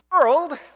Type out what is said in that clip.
world